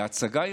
להצגה ירוקה?